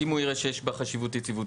אם הוא יראה שיש בה חשיבות יציבותית.